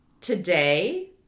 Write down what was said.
today